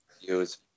use